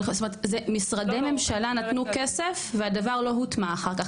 משרדי ממשלה נתנו כסף והדבר לא הוטמע אח"כ.